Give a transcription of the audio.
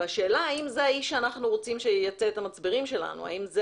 השאלה היא האם זה האיש שאנחנו רוצים שייצא את המצברים שלנו והאם זה